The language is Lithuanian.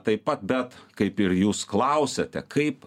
taip pat kaip ir jūs klausiate kaip